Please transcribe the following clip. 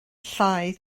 llaeth